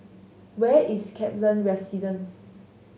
where is Kaplan Residence